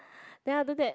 then after that